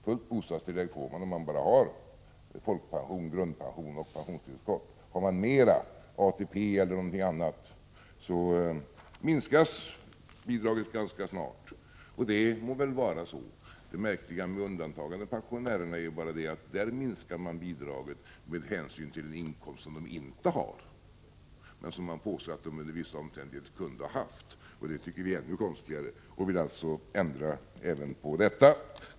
Fullt bostadstillägg får den som bara har folkpension, grundpension och pensionstillskott. Den som har mer — ATP eller något annat — får en ganska kraftig minskning av bidraget. Det må vara riktigt, men det märkliga med undantagandepensionärerna är att deras bidrag minskas med hänsyn till en inkomst som de inte har men som man påstår att de under vissa omständigheter kunde ha haft! Det tycker vi är ännu konstigare och vill alltså ändra även på detta.